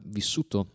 vissuto